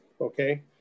okay